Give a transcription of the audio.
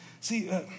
See